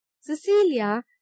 cecilia